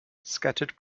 scattered